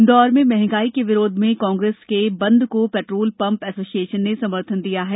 इंदौर में महंगाई के विरोध में कांग्रेस के बंद को पेट्रोल पंप एसोसिएशन ने समर्थन दिया है